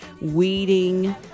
weeding